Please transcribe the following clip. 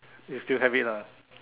you still have it lah